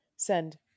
send